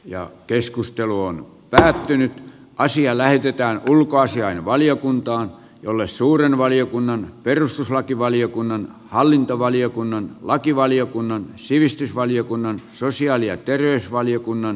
ja keskustelu on päättynyt ja asia lähetetään ulkoasiainvaliokuntaan jolle suuren valiokunnan perustuslakivaliokunnan hallintovaliokunnan lakivaliokunnan sivistysvaliokunnan sosiaali kiitos puhemies